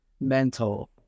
mental